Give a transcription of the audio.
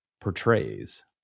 portrays